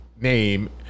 name